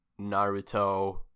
naruto